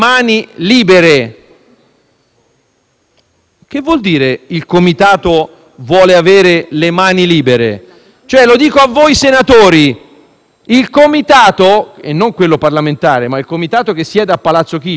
Che vuol dire: il comitato vuole avere le mani libere? Lo dico a voi senatori: il comitato - e non quello parlamentare, ma il comitato che siede a Palazzo Chigi, che non è composto da rappresentanti della politica